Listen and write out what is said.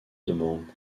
demande